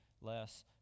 less